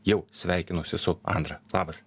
jau sveikinosi su andra labas